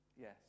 yes